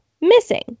missing